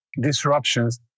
disruptions